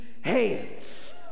hands